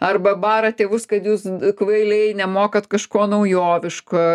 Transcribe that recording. arba bara tėvus kad jūs kvailiai nemokat kažko naujoviško